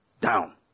down